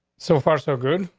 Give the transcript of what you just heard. so far, so good.